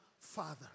Father